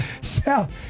South